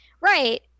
right